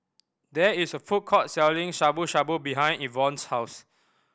there is a food court selling Shabu Shabu behind Evonne's house